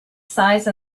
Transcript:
size